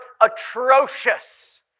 atrocious